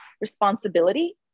responsibility